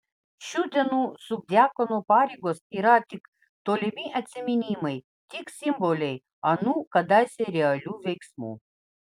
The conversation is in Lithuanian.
šių dienų subdiakono pareigos yra tik tolimi atsiminimai tik simboliai anų kadaise realių veiksmų